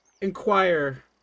inquire